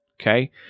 Okay